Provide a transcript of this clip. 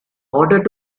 order